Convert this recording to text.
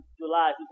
July